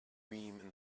thummim